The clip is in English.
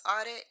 audit